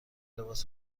لباس